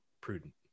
prudent